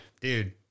dude